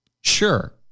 Sure